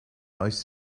most